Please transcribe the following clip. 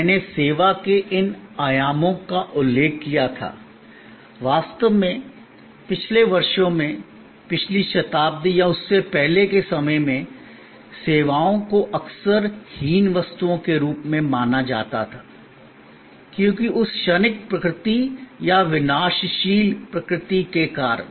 मैंने सेवा के इन आयामों का उल्लेख किया था वास्तव में पिछले वर्षों में पिछली शताब्दी या उससे पहले के समय में सेवाओं को अक्सर हीन वस्तुओं के रूप में माना जाता था क्योंकि उस क्षणिक प्रकृति या विनाशशील प्रकृति के कारण